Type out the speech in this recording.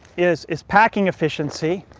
is is packing efficiency.